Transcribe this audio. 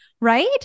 Right